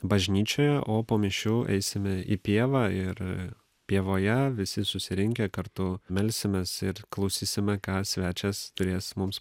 bažnyčioje o po mišių eisime į pievą ir pievoje visi susirinkę kartu melsimės ir klausysime ką svečias turės mums